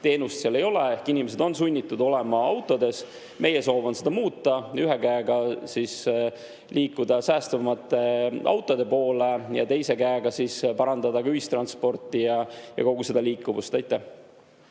teenust ei ole ehk inimesed on ikkagi sunnitud olema autodes. Meie soov on seda muuta: ühe käega liikuda säästvamate autode poole ning teise käega parandada ühistransporti ja kogu seda liikuvust. Aitäh!